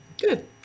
Good